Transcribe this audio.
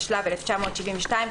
התשל"ב 1972,